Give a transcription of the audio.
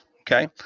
Okay